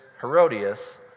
Herodias